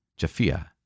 Japhia